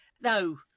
No